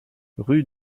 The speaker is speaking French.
rue